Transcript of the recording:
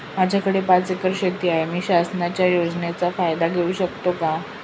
माझ्याकडे पाच एकर शेती आहे, मी शासनाच्या योजनेचा फायदा घेऊ शकते का?